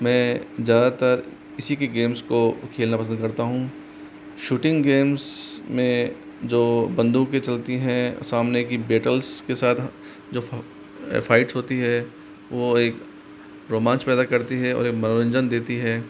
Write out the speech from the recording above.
मैं ज़्यादातर इसी के गेम्स को खेलना पसंद करता हूँ शूटिंग गेम्स में जो बंदूकें चलती हैं सामने की बैटल्स के साथ जो फाइट्स होती हैं वो एक रोमांच पैदा करती है और ये मनोरंजन देती है